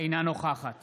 אינה נוכחת